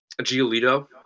giolito